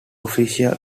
official